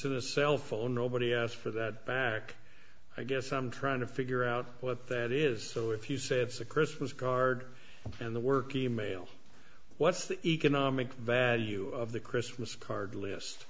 a cell phone nobody asked for that back i guess i'm trying to figure out what that is so if you say it's a christmas card and the work e mail what's the economic value of the christmas card list